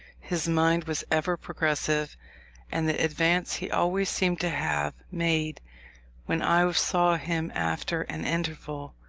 his mind was ever progressive and the advance he always seemed to have made when i saw him after an interval,